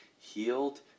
healed